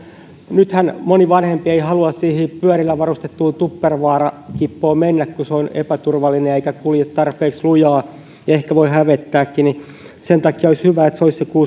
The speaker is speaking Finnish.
nythän moni vanhempi ei halua siihen pyörillä varustettuun tuppervaarakippoon mennä kun se on epäturvallinen eikä kulje tarpeeksi lujaa ja ehkä voi hävettääkin sen takia olisi hyvä että se olisi se kuusikymmentä